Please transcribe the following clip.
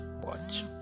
watch